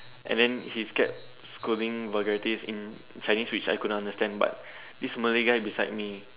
and then he kept scolding vulgarities in Chinese which I couldn't understand but this Malay guy beside me